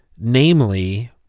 namely